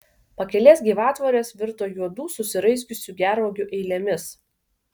pakelės gyvatvorės virto juodų susiraizgiusių gervuogių eilėmis